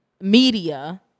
media